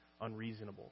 unreasonable